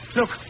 Look